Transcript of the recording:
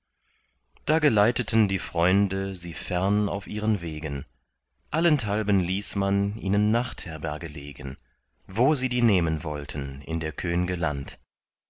da geleiteten die freunde sie fern auf ihren wegen allenthalben ließ man ihnen nachtherberge legen wo sie die nehmen wollten in der könge land